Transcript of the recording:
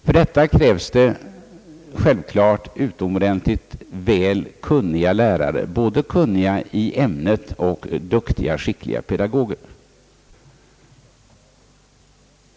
För detta krävs självklart utomordentligt duktiga lärare, lärare som både är kunniga i ämnet och skickliga pedagoger.